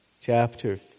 Chapter